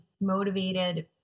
motivated